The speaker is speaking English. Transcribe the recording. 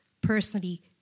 personally